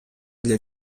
для